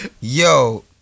Yo